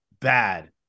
bad